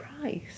price